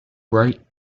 bright